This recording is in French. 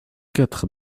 quatre